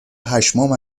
پشمام